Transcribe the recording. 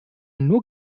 nur